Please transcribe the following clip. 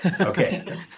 Okay